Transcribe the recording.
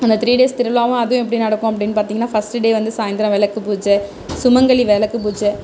அந்த three days திருவிழாவும் அதுவும் எப்படி நடக்கும் அப்டின்னு பார்த்திங்கன்னா ஃபஸ்ட்டு டே சாய்ந்தரம் வந்து விளக்கு பூஜை சுமங்கலி விளக்கு பூஜை